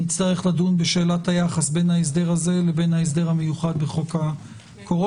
נצטרך לדון בשאלת היחס בין ההסדר הזה ובין ההסדר המיוחד בחוק הקורונה.